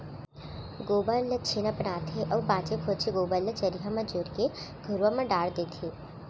गोबर ल छेना बनाथे अउ बांचे खोंचे गोबर ल चरिहा म जोर के घुरूवा म डार देथे